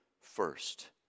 first